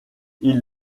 ils